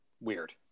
weird